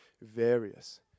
various